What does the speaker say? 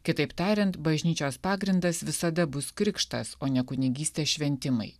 kitaip tariant bažnyčios pagrindas visada bus krikštas o ne kunigystės šventimai